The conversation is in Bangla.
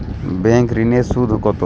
ব্যাঙ্ক ঋন এর সুদ কত?